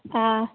ꯑꯪ